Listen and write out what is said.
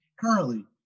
currently